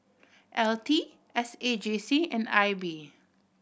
L T S A J C and I B